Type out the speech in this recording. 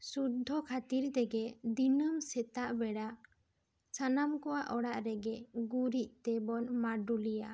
ᱥᱩᱫᱽᱫᱷᱚ ᱠᱷᱟᱹᱛᱤᱨ ᱛᱮᱜᱮ ᱫᱤᱱᱟᱹᱢ ᱥᱮᱛᱟᱜ ᱵᱮᱲᱟ ᱥᱟᱱᱟᱢ ᱠᱚᱣᱟ ᱚᱲᱟᱜ ᱨᱮᱜᱮ ᱜᱩᱨᱤᱡ ᱛᱮᱵᱚᱱ ᱢᱟᱱᱰᱩᱞᱤᱭᱟ